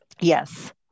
yes